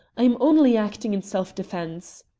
i am only acting in self-defence.